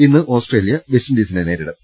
ഇന്ന് ഓസ്ട്രേലിയ വെസ്റ്റിൻഡീസിനെ നേരിടും